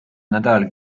nädal